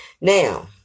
Now